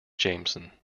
jameson